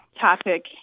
topic